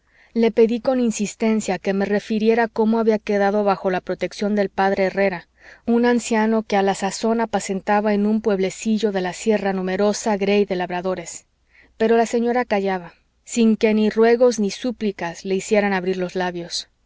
le pedí con insistencia que me refiriera cómo había quedado bajo la protección del p herrera un anciano que a la sazón apacentaba en un pueblecillo de la sierra numerosa grey de labradores pero la señora callaba sin que ni ruegos ni súplicas le hicieran abrir los labios